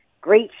Great